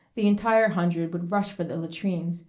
the entire hundred would rush for the latrines,